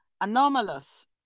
anomalous